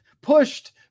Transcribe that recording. pushed